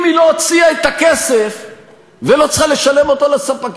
אם היא לא הוציאה את הכסף ולא צריכה לשלם אותו לספקים,